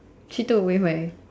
she took away my